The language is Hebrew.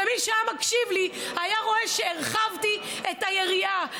מי שהיה מקשיב לי היה רואה שהרחבתי את היריעה,